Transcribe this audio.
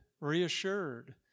reassured